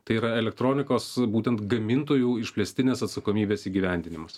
tai yra elektronikos būtent gamintojų išplėstinės atsakomybės įgyvendinimas